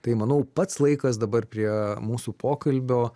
tai manau pats laikas dabar prie mūsų pokalbio